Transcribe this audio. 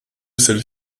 celle